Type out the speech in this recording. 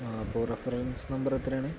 ആ അപ്പോൾ reference number എത്രയാണ്